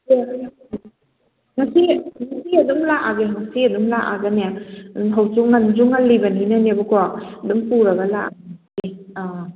ꯉꯁꯤ ꯉꯁꯤ ꯑꯗꯨꯝ ꯂꯥꯛꯑꯒꯦ ꯉꯁꯤ ꯑꯗꯨꯝ ꯂꯥꯛꯑꯒꯅꯦ ꯍꯧꯖꯤꯛ ꯉꯟꯁꯨ ꯉꯟꯂꯤꯕꯅꯤꯅꯅꯦꯕꯀꯣ ꯑꯗꯨꯝ ꯄꯨꯔꯒ ꯂꯥꯛꯥꯒꯦ ꯑꯥ